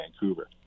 Vancouver